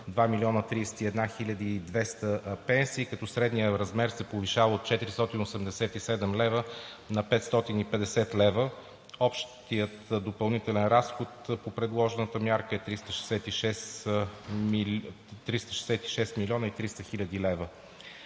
2 млн. 31 хил. 200 пенсии, като средният размер се повишава от 487 лв. на 550 лв. Общият допълнителен разход по предложената мярка е 366 млн. 30 хил. лв.